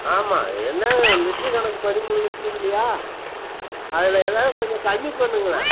ஆமாம் என்னங்க லிட்ரு கணக்கு பதிமூணு லிட்ரு இல்லையா அதில் ஏதாவது கொஞ்சம் கம்மி பண்ணுங்களேன்